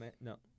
No